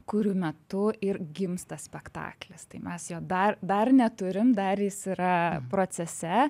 kurių metu ir gimsta spektaklis tai mes jo dar dar neturim dar jis yra procese